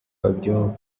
babyumva